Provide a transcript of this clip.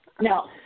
No